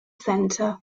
center